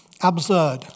absurd